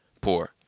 poor